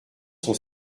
sont